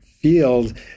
field